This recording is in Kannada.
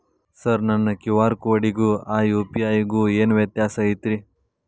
ಸರ್ ನನ್ನ ಕ್ಯೂ.ಆರ್ ಕೊಡಿಗೂ ಆ ಯು.ಪಿ.ಐ ಗೂ ಏನ್ ವ್ಯತ್ಯಾಸ ಐತ್ರಿ?